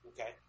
Okay